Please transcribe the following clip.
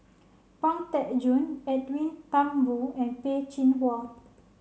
Pang Teck Joon Edwin Thumboo and Peh Chin Hua